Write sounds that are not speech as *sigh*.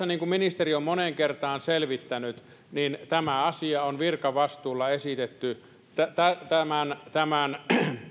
*unintelligible* niin kuin ministeriö on moneen kertaan selvittänyt tämä asia on virkavastuulla esitetty tämän tämän